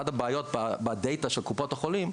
אחת הבעיות בדאטה של קופות החולים,